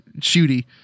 shooty